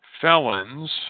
felons